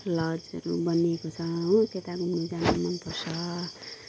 लजहरू बनिएको छ हो त्यता पनि घुम्नु जानु मन पर्छ